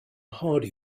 hardy